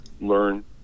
learn